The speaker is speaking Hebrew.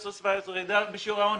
2016 ו-2017 יש ירידה בשיעור העוני.